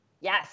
yes